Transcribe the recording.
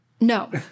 No